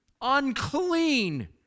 Unclean